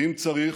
ואם צריך,